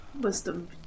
Wisdom